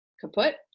kaput